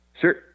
Sure